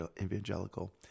evangelical